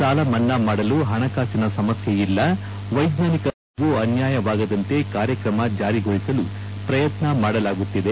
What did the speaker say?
ಸಾಲಮನ್ನಾ ಮಾಡಲು ಪಣಕಾಸಿನ ಸಮಸ್ಕೆಯಿಲ್ಲ ವೈಜ್ವಾನಿಕವಾಗಿ ಯಾರಿಗೂ ಅನ್ಯಾಯವಾಗದಂತೆ ಕಾರ್ಯಕ್ರಮ ಜಾರಿಗೊಳಿಸಲು ಶ್ರಯತ್ನ ಮಾಡಲಾಗುತ್ತಿದೆ